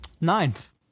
Ninth